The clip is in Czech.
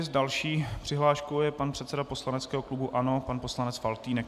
S další přihláškou je pan předseda poslaneckého klubu ANO poslanec Faltýnek.